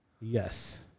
Yes